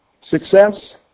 Success